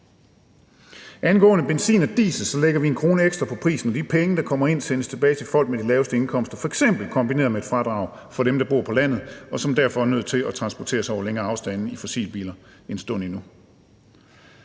Angående benzin og diesel lægger vi 1 kr. ekstra på prisen. De penge, der kommer ind, sendes tilbage til folk med de laveste indkomster, f.eks. kombineret med et fradrag for dem, der bor på landet, og som derfor er nødt til at transportere sig over længere afstande i fossilbiler en stund endnu.